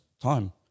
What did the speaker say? time